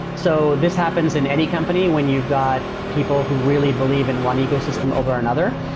so this happens in any company when you've got people who really believe in one ecosystem over another.